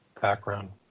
background